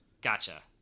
Gotcha